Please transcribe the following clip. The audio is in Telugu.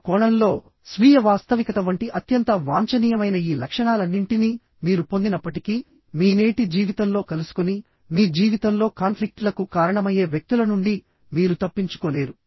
ఆ కోణంలో స్వీయ వాస్తవికత వంటి అత్యంత వాంఛనీయమైన ఈ లక్షణాలన్నింటినీ మీరు పొందినప్పటికీ మీ నేటి జీవితంలో కలుసుకుని మీ జీవితంలో కాన్ఫ్లిక్ట్ లకు కారణమయ్యే వ్యక్తుల నుండి మీరు తప్పించుకోలేరు